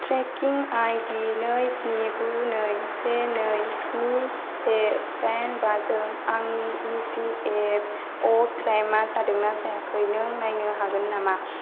trekking ID नै स्नि गु नै से नै स्नि से दाइन बा जों आंनि इपिएफअ क्लेइमा जादोंना जायाखै नों नायनो हागोन नामा